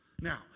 Now